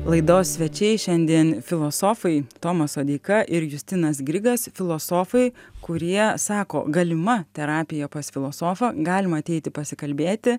laidos svečiai šiandien filosofai tomas sodeika ir justinas grigas filosofai kurie sako galima terapija pas filosofą galima ateiti pasikalbėti